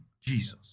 Jesus